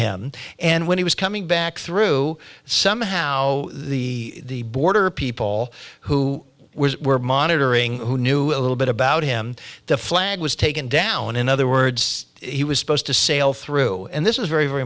him and when he was coming back through somehow the border people who were monitoring who knew a little bit about him the flag was taken down in other words he was supposed to sail through and this is very very